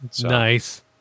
Nice